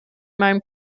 meinem